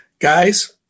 guys